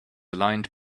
aligned